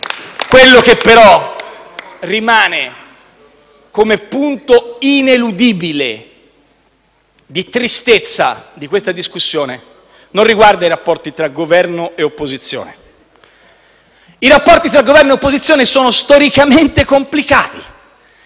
Quello che però rimane come punto ineludibile e di tristezza di questa discussione non riguarda i rapporti tra Governo e opposizione. Essi sono storicamente complicati